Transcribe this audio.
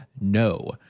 No